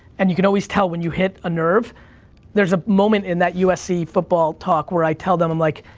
and you can always tell when you hit a nerve there's a moment in that usc football talk where i tell them, i'm like,